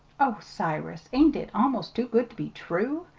oh, cyrus, ain't it almost too good to be true!